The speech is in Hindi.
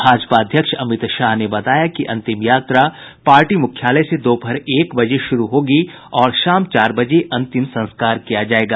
भाजपा अध्यक्ष अमित शाह ने बताया कि अंतिम यात्रा पार्टी मुख्यालय से दोपहर एक बजे शुरू होगी और शाम चार बजे अंतिम संस्कार किया जाएगा